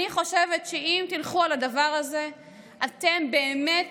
אני חושבת שאם תלכו על הדבר הזה אתם באמת